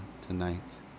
tonight